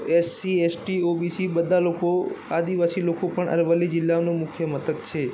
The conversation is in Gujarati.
S C S T O B C બધા લોકો આદિવાસી લોકો પણ અરવલ્લી જિલ્લાનું મુખ્ય મથક છે